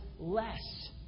Less